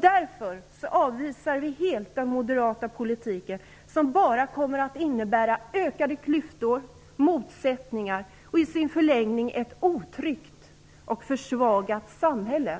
Därför avvisar vi helt den moderata politiken som bara kommer att innebära ökade klyftor, motsättningar och i sin förlängning ett otryggt och försvagat samhälle